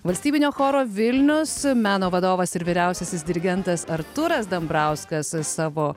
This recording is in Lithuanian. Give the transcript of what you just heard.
valstybinio choro vilnius meno vadovas ir vyriausiasis dirigentas artūras dambrauskas savo